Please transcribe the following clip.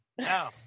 no